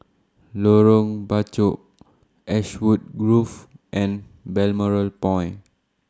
Lorong Bachok Ashwood Grove and Balmoral Point